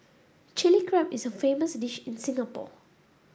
Chilli Crab is a famous dish in Singapore